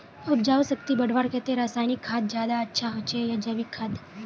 उपजाऊ शक्ति बढ़वार केते रासायनिक खाद ज्यादा अच्छा होचे या जैविक खाद?